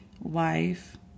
wife